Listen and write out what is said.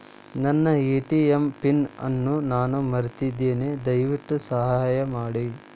ನನ್ನ ATM pin ಅನ್ನು ನಾನು ಮರೆತಿದ್ದೇನೆ, ದಯವಿಟ್ಟು ಸಹಾಯ ಮಾಡಿ